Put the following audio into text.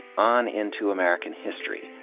on into american history.